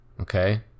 Okay